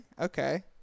okay